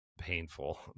painful